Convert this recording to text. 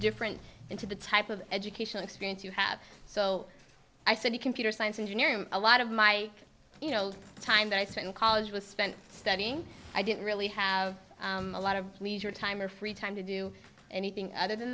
difference into the type of educational experience you have so i said the computer science engineering a lot of my you know the time that i spend college was spent studying i didn't really have a lot of leisure time or free time to do anything other than